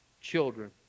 children